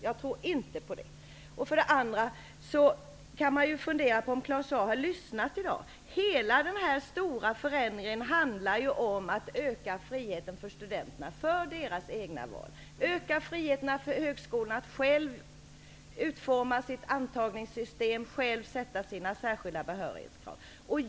Man kan också fundera på om Claus Zaar egentligen har lyssnat till debatten i dag. Hela den här stora förändringen handlar ju om att öka friheten för studenterna, att öka deras möjligheter att välja. Det handlar om att öka högskolornas frihet att själva utforma sina antagningssystem, att själva sätta sina särskilda behörighetskrav.